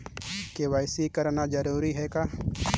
KYC कराना जरूरी है का?